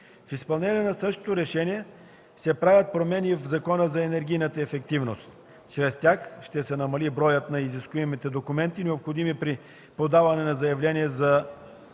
В изпълнение на същото решение се правят промени и в Закона за енергийната ефективност. Чрез тях ще се намали броят на изискуемите документи, необходими при подаване на заявление за вписване в публичните